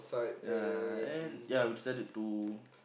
ya and ya we decided to